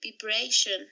vibration